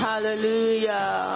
Hallelujah